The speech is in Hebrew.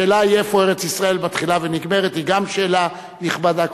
השאלה איפה ארץ-ישראל מתחילה ונגמרת היא גם שאלה נכבדה.